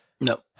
No